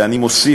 ואני מוסיף,